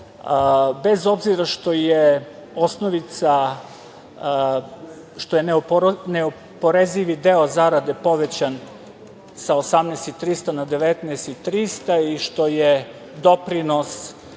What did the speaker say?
je osnovica, što je neoporezivi deo zarade povećan sa 18.300 na 19.300 i što je doprinos